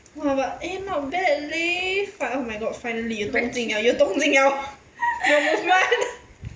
!wah! but eh not bad leh fi~ oh my god finally 有动静了有动静了有 movement